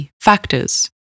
factors